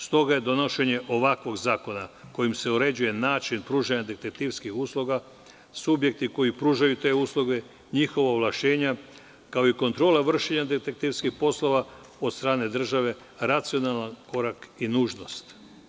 Stoga je donošenje ovakvog zakona kojim se uređuje način pružanja detektivskih usluga, subjekti koji pružaju te usluge, njihova ovlašćenja, kao i kontrola vršenja detektivskih poslova od strane države, racionalan korak i nužnost.